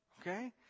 Okay